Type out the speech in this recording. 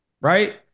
Right